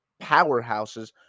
powerhouses